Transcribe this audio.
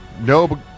No